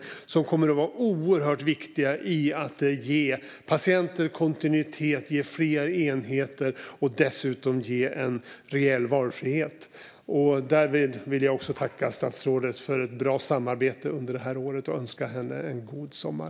Dessa kommer att vara oerhört viktiga i att ge patienter kontinuitet och dessutom reell valfrihet. Därmed vill jag tacka statsrådet för ett bra samarbete under det här året och önska henne en god sommar.